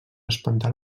espantar